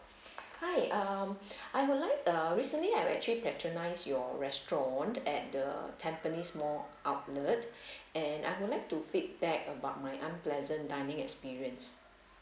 hi um I would like uh recently I actually patronised your restaurant at the tampines mall outlet and I would like to feedback about my unpleasant dining experience